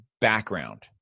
background